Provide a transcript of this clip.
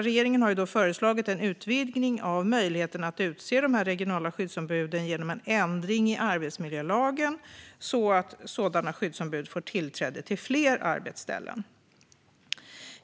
Regeringen har föreslagit en utvidgning av möjligheten att utse regionala skyddsombud genom en ändring i arbetsmiljölagen så att sådana skyddsombud får tillträde till fler arbetsställen.